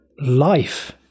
life